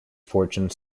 fortune